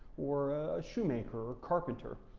or a shoemaker or carpenter,